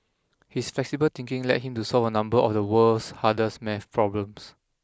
his flexible thinking led him to solve a number of the world's hardest math problems